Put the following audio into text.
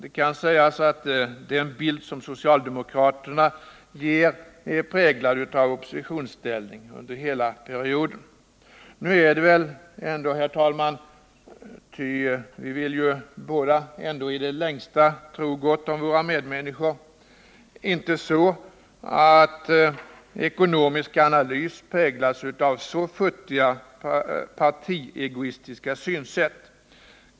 Det kan också sägas att den bild som socialdemokraterna ger är präglad av oppositionsställning under hela perioden. Nu är det väl ändå, herr talman —ty vi vill ju båda i det längsta tro gott om våra medmänniskor — inte så att ekonomisk analys präglas av så futtiga partiegoistiska synsätt.